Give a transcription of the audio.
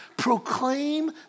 Proclaim